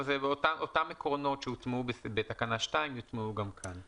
אותם עקרונות שהוטמעו בתקנה 2 יוטמעו גם כאן.